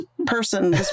person